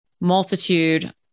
Multitude